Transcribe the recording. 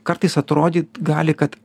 kartais atrodyt gali kad